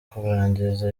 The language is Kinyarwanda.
kurangiza